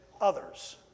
others